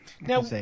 now